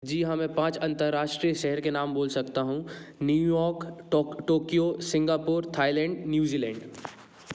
जी हाँ मैं पाँच अंतरराष्ट्रीय शहर के नाम बोल सकता हूँ New York Tokyo Singapore Thailand New Zealand